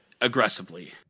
aggressively